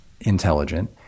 intelligent